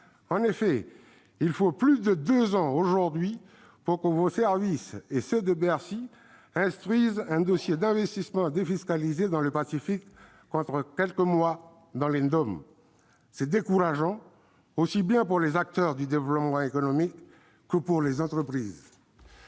En effet, il faut plus de deux ans aujourd'hui pour que vos services et ceux de Bercy instruisent un dossier d'investissement défiscalisé dans le Pacifique, contre quelques mois dans les DOM. C'est décourageant, aussi bien pour les acteurs du développement économique que pour les entreprises.